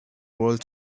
world